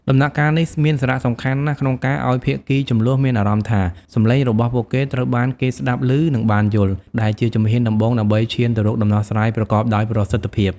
ដំណាក់កាលនេះមានសារៈសំខាន់ណាស់ក្នុងការឲ្យភាគីជម្លោះមានអារម្មណ៍ថា សំឡេងរបស់ពួកគេត្រូវបានគេស្តាប់ឮ និងបានយល់ ដែលជាជំហានដំបូងដើម្បីឈានទៅរកដំណោះស្រាយប្រកបដោយប្រសិទ្ធភាព។